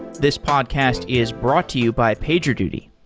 this podcast is brought to you by pagerduty.